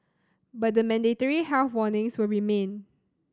but the mandatory health warnings will remain